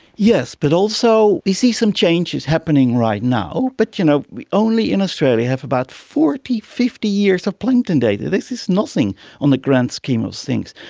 yes, but also we see some changes happening right now. but you know we only in australia have about forty, fifty years of plankton data, this is nothing on the grand scheme of things.